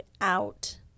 out